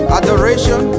adoration